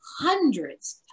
hundreds